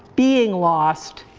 being lost,